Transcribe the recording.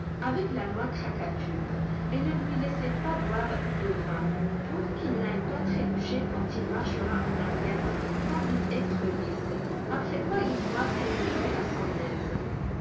avec la noix krakatuk et ne lui laissez pas boire de vin pour qu'il n'aille pas trébucher quand il marchera en arrière comme une écrevisse après quoi il pourra s'enivrer à son aise